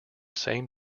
same